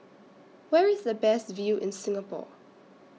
Where IS The Best View in Singapore